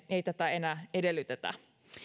ei tätä enää edellytä